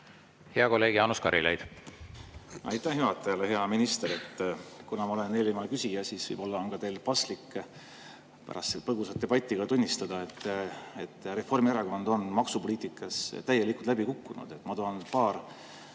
Hea kolleeg Jaanus Karilaid. Aitäh juhatajale! Hea minister! Kuna ma olen eelviimane küsija, siis võib-olla on teil paslik pärast põgusat debatti ka tunnistada, et Reformierakond on maksupoliitikas täielikult läbi kukkunud. Ma toon paar